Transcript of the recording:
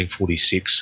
1946